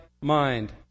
mind